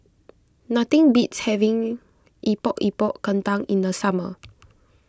nothing beats having Epok Epok Kentang in the summer